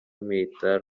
militar